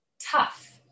tough